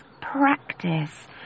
practice